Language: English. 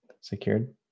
secured